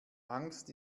angst